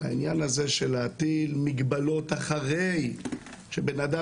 העניין הזה של להטיל מגבלות אחרי שבן אדם